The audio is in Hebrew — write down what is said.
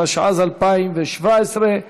התשע"ז 2017,